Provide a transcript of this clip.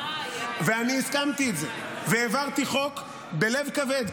ואני הסכמתי לזה והעברתי חוק בלב כבד,